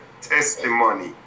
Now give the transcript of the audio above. testimony